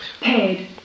Paid